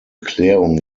klärung